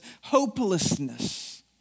hopelessness